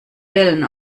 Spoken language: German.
wellen